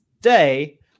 Day